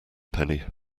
penny